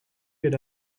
get